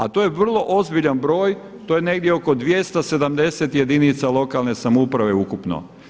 A to je vrlo ozbiljan broj, to je negdje oko 270 jedinica lokalne samouprave ukupno.